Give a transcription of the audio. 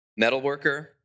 metalworker